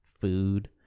food